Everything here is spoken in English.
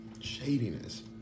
shadiness